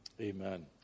Amen